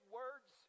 words